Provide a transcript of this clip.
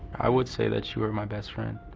i would say that you were my best friend.